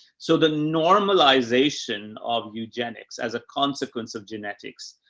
so the normalization of eugenics as a consequence of genetics,